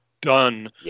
done